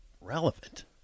relevant